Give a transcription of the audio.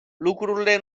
lucrurile